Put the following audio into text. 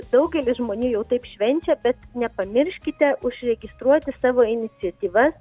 daugelis žmonių jau taip švenčia bet nepamirškite užregistruoti savo iniciatyvas